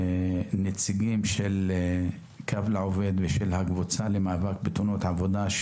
נציגים של קו לעובד ושל הקבוצה למאבק בתאונות עבודה,